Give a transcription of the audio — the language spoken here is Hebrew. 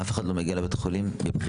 אף אחד לא מגיע לבית החולים מבחירה.